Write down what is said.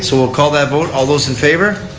so we'll call that vote. all those in favor.